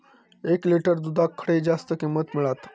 एक लिटर दूधाक खडे जास्त किंमत मिळात?